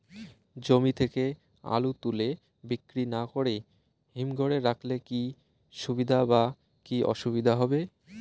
জমি থেকে আলু তুলে বিক্রি না করে হিমঘরে রাখলে কী সুবিধা বা কী অসুবিধা হবে?